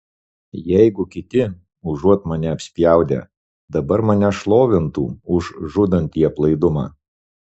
jeigu kiti užuot mane apspjaudę dabar mane šlovintų už žudantį aplaidumą